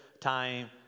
time